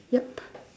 yup